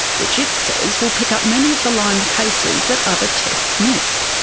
which it says will pick up many of the lyme cases that other tests miss.